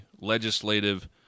legislative